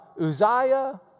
Uzziah